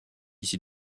ici